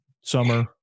summer